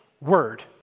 word